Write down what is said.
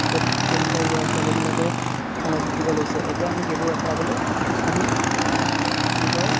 চব সৰু সৰু ল'ৰা ছোৱালীবিলাকে মনোযোগ দিব লৈছে এতিয়া আমি সেইবোৰ আঁতৰাবলৈ আমি নিজৰ